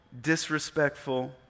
disrespectful